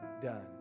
done